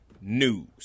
news